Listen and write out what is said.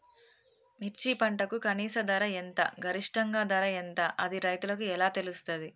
మిర్చి పంటకు కనీస ధర ఎంత గరిష్టంగా ధర ఎంత అది రైతులకు ఎలా తెలుస్తది?